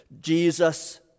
Jesus